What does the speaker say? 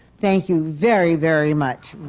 thank you very, very much.